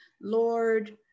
Lord